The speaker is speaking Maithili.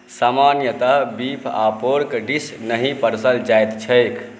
सामान्यतः बीफ आओर पोर्क डिश नहि परसल जाइत छै